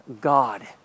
God